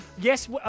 Yes